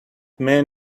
man